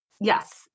Yes